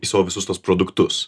į savo visus tuos produktus